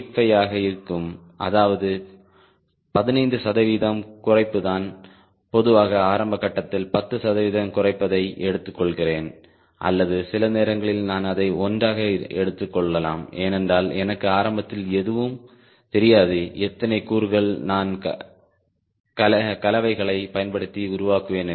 85 ஆக இருக்கும் அதாவது 15 சதவிகிதம் குறைப்பு நான் பொதுவாக ஆரம்ப கட்டத்தில் 10 சதவிகிதம் குறைப்பதை எடுத்துக்கொள்கிறேன் அல்லது சில நேரங்களில் நான் அதை ஒன்றாக எடுத்துக் கொள்ளலாம் ஏனென்றால் எனக்கு ஆரம்பத்தில் எதுவும் தெரியாது எத்தனை கூறுகள் நான் கலவைகளைப் பயன்படுத்தி உருவாக்குவேன் என்று